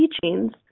teachings